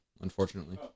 unfortunately